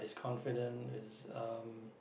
is confident is um